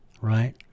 right